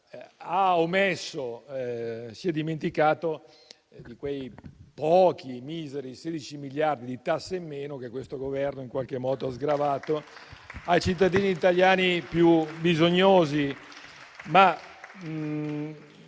di dire, o si è dimenticato di citare quei pochi, miseri 16 miliardi di tasse in meno che questo Governo ha in qualche modo sgravato ai cittadini italiani più bisognosi